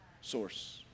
source